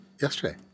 Yesterday